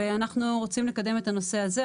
אנחנו רוצים לקדם את הנושא הזה.